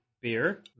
beer